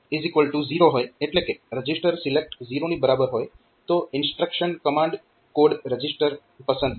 જો આ pin RS0 હોય એટલે કે રજીસ્ટર સિલેક્ટ 0 ની બરાબર હોય તો ઇન્સ્ટ્રક્શન કમાન્ડ કોડ રજીસ્ટર પસંદ થાય છે